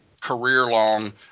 career-long